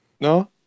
No